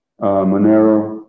Monero